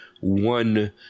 one